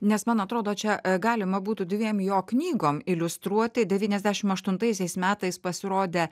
nes man atrodo čia a galima būtų dviem jo knygom iliustruoti devyniasdešim aštuntaisiais metais pasirodę